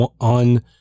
on